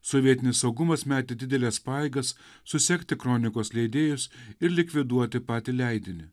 sovietinis saugumas metė dideles pajėgas susekti kronikos leidėjus ir likviduoti patį leidinį